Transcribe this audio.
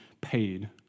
paid